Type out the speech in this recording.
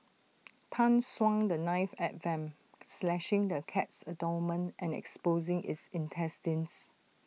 Tan swung the knife at Vamp slashing the cat's abdomen and exposing its intestines